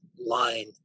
line